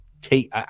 take